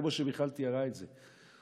כמו שמיכל תיארה את זה.